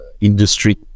industry